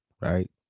right